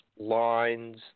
lines